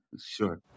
Sure